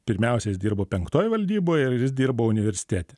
pirmiausia jis dirbo penktoj valdyboj ir jis dirbo universitete